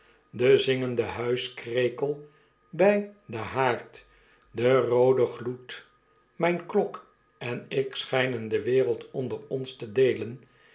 de zingende huiskrekel by den haard die roode gloed myne klok enikschynen de wereld onder ons te deelen